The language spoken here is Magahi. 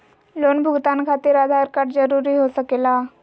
लोन भुगतान खातिर आधार कार्ड जरूरी हो सके ला?